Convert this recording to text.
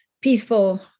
peaceful